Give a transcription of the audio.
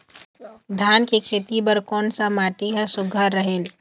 धान के खेती बर कोन सा माटी हर सुघ्घर रहेल?